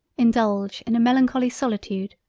indulge in a melancholy solitude,